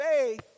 faith